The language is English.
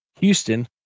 Houston